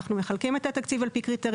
אנחנו מחלקים את התקציב על פי קריטריונים,